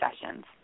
sessions